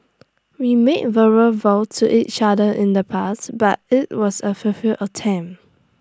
we made vows to each other in the past but IT was A fulfil attempt